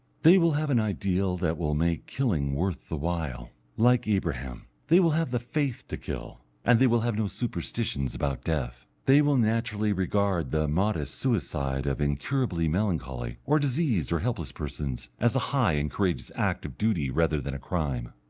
they will have an ideal that will make killing worth the while like abraham, they will have the faith to kill, and they will have no superstitions about death. they will naturally regard the modest suicide of incurably melancholy, or diseased or helpless persons as a high and courageous act of duty rather than a crime.